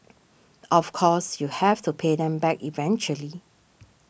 of course you have to pay them back eventually